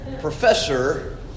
Professor